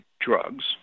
drugs